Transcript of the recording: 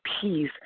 peace